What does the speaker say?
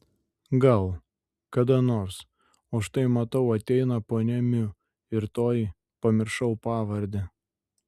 gal kada nors o štai matau ateina ponia miu ir toji pamiršau pavardę